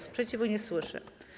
Sprzeciwu nie słyszę.